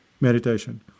Meditation